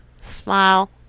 Smile